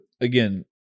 again